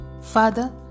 Father